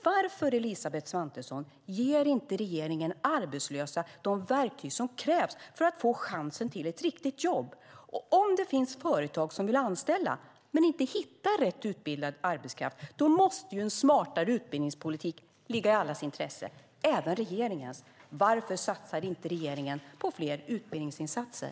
Varför, Elisabeth Svantesson, ger inte regeringen arbetslösa de verktyg som krävs för att få chansen till ett riktigt jobb? Om det finns företag som vill anställa men inte hittar rätt utbildad arbetskraft måste ju en smartare utbildningspolitik ligga i allas intresse, även regeringens. Varför satsar inte regeringen på fler utbildningsinsatser?